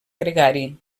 gregari